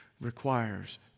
requires